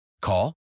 Call